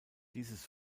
dieses